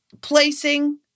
placing